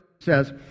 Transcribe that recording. says